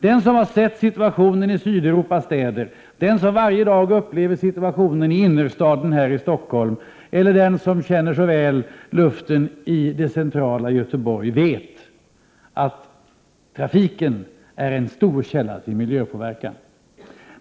Den som har sett situationen i Sydeuropas städer, den som varje dag upplever situationen i innerstaden här i Stockholm eller den som väl känner luften i centrala Göteborg vet att trafiken är en stor källa till miljöpåverkan.